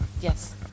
Yes